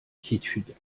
quiétude